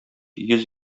йөз